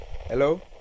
hello